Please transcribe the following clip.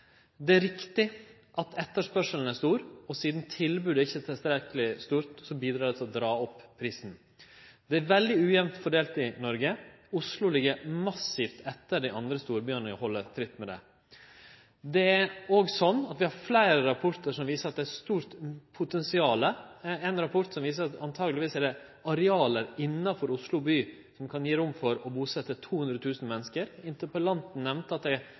det gjeld bustader: Det er riktig at etterspurnaden er stor, og sidan tilbodet ikkje er tilstrekkeleg stort, bidreg det til å dra opp prisen. Det er veldig ujamt fordelt i Noreg. Oslo ligg massivt etter dei andre storbyane i å halde tritt med det. Vi har fleire rapportar som viser at det er stort potensial her. Ein rapport viser at det antakeleg er areal innanfor Oslo by som kan gje rom for å busetje 200 000 menneske. Interpellanten nemnde at det